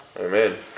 Amen